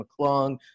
McClung